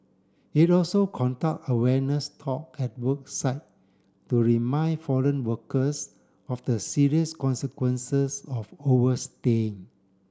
it also conduct awareness talk at work site to remind foreign workers of the serious consequences of overstaying